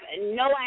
no